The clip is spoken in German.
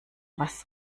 was